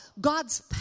God's